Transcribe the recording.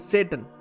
Satan